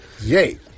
Yay